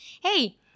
hey